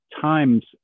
times